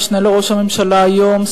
המשנה לראש הממשלה היום,